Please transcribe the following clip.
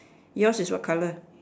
yours is what colour